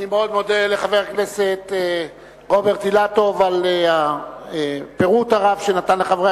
אני מאוד מודה לחבר הכנסת רוברט אילטוב על הפירוט הרב שנתן לחברי